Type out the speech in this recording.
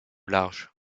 large